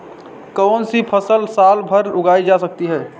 कौनसी फसल साल भर उगाई जा सकती है?